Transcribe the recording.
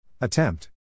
Attempt